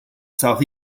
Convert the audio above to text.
south